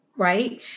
right